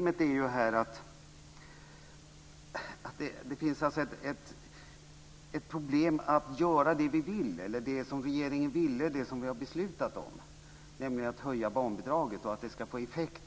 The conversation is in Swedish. Men det finns alltså ett problem att göra det som regeringen ville, det som vi har beslutat om, nämligen att höja barnbidraget och att det ska få effekt.